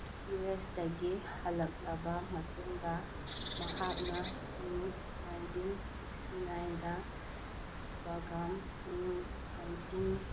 U ꯑꯦꯁꯇꯒꯤ ꯍꯜꯂꯛꯂꯕ ꯃꯇꯨꯡꯗ ꯃꯍꯥꯛꯅ ꯏꯪ ꯅꯥꯏꯟꯇꯤꯟ ꯁꯤꯛꯁꯇꯤ ꯅꯥꯏꯟꯗ ꯏꯄꯥꯒꯥꯝ ꯏꯪ ꯅꯥꯏꯟꯇꯤꯟ